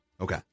Okay